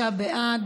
להצביע.